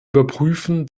überprüfen